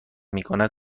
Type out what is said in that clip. میکند